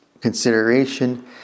consideration